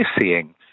seeing